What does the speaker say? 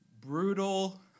brutal